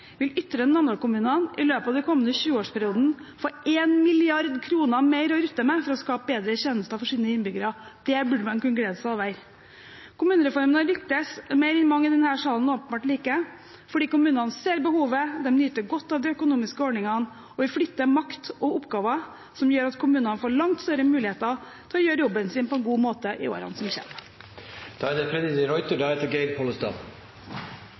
vil Ytre Namdal-kommunene i løpet av den kommende 20-årsperioden få 1 mrd. kr mer å rutte med for å skape bedre tjenester for sine innbyggere. Det burde man kunne glede seg over. Kommunereformen har lyktes mer enn mange i denne salen åpenbart liker, fordi kommunene ser behovet, de nyter godt av de økonomiske ordningene, og vi flytter makt og oppgaver som gjør at kommunene får langt større muligheter til å gjøre jobben sin på en god måte i årene som kommer. Med tvang skal tydeligvis landet bygges. Det er